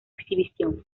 exhibición